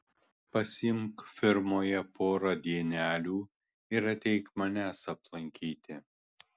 pasiimk firmoje porą dienelių ir ateik manęs aplankyti